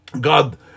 God